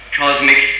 cosmic